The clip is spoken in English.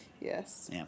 Yes